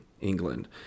England